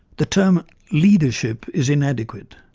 the term leadership is inadequate.